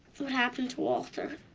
what happened to walter.